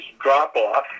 drop-off